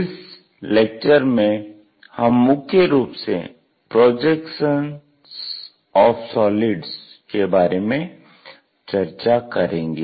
इस लेक्चर में हम मुख्य रूप से प्रोजेक्शन्स ऑफ़ सॉलिड्स बारे में चर्चा करेंगे